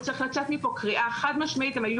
וצריכה לצאת מפה קריאה חד משמעית הם היו